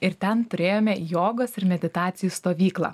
ir ten turėjome jogos ir meditacijų stovyklą